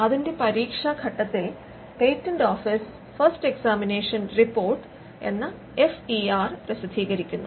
അതിന്റെ പരീക്ഷാഘട്ടത്തിൽ patent office first examination report എന്ന എഫ് ഇ ആർ പ്രസിദ്ധീകരിക്കുന്നു